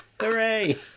Hooray